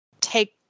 take